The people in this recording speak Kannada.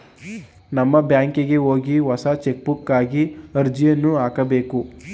ನಮ್ಮ ಬ್ಯಾಂಕಿಗೆ ಹೋಗಿ ಹೊಸ ಚೆಕ್ಬುಕ್ಗಾಗಿ ಅರ್ಜಿಯನ್ನು ಹಾಕಬೇಕು